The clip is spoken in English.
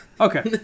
okay